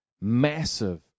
massive